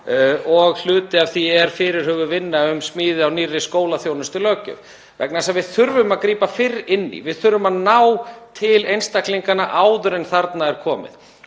Hluti af því er fyrirhuguð vinna um smíði á nýrri skólaþjónustulöggjöf vegna þess að við þurfum að grípa fyrr inn í. Við þurfum að ná til einstaklinganna áður en þarna er komið.